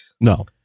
No